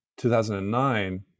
2009